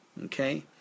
okay